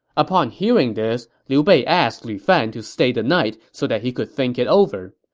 upon hearing this, liu bei asked lu fan to stay the night so that he could think it over.